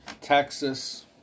Texas